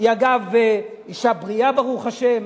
היא, אגב, אשה בריאה, ברוך השם,